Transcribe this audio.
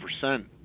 percent